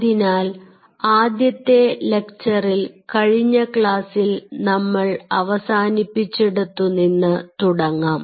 അതിനാൽ ആദ്യത്തെ ലെക്ചറിൽ കഴിഞ്ഞ ക്ലാസിൽ നമ്മൾ അവസാനിപ്പിച്ചിടത്തുനിന്ന് തുടങ്ങാം